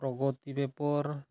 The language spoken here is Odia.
ପ୍ରଗତି ପେପର୍